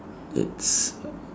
it's